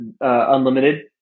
unlimited